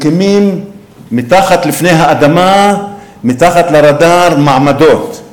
מקימים מתחת לפני האדמה, מתחת לרדאר, מעמדות.